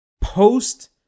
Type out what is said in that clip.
post